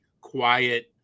quiet